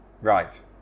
Right